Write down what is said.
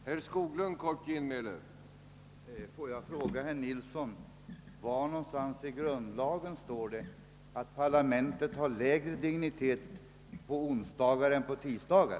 Herr talman! Får jag fråga herr Nilsson i Tvärålund, var någonstans i grundlagen det står att parlamentet har lägre dignitet på tisdagar än på onsdagar?